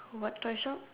what toy shop